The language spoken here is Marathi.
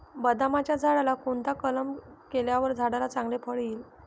बदामाच्या झाडाला कोणता कलम केल्यावर झाडाला चांगले फळ येईल?